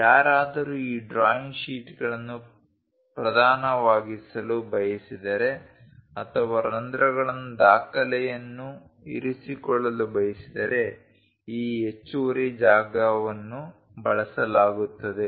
ಯಾರಾದರೂ ಈ ಡ್ರಾಯಿಂಗ್ ಶೀಟ್ಗಳನ್ನು ಪ್ರಧಾನವಾಗಿಸಲು ಬಯಸಿದರೆ ಅಥವಾ ರಂಧ್ರಗಳನ್ನು ದಾಖಲೆಯನ್ನು ಇರಿಸಿಕೊಳ್ಳಲು ಬಯಸಿದರೆ ಈ ಹೆಚ್ಚುವರಿ ಜಾಗವನ್ನು ಬಳಸಲಾಗುತ್ತದೆ